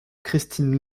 christine